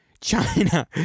China